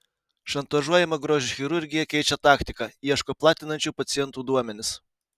šantažuojama grožio chirurgija keičia taktiką ieško platinančių pacientų duomenis